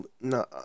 No